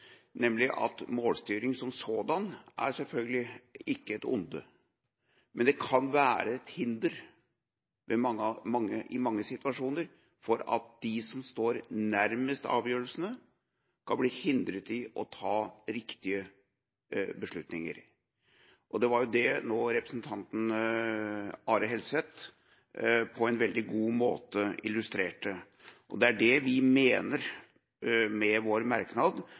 nemlig at målstyring som sådan selvfølgelig ikke er et onde. Men det kan i mange situasjoner være et hinder for at de som står nærmest avgjørelsene, kan ta riktige beslutninger. Det var det representanten Helseth nå på en veldig god måte illustrerte. Det er det vi mener med vår merknad,